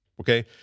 Okay